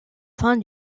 fin